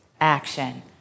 Action